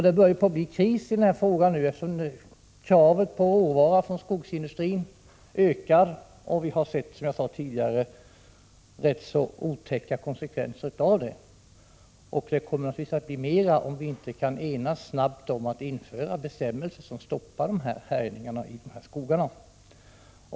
Det börjar nu bli kris i den här frågan — kraven från skogsindustrin på råvara ökar, och vi har, som jag sade, tidigare sett rätt otäcka konsekvenser av det. Vi kommer att få uppleva mera av det slaget om vi inte snabbt kan enas om att införa bestämmelser som stoppar härjningarna i de här skogarna.